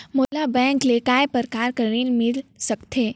मोला बैंक से काय प्रकार कर ऋण मिल सकथे?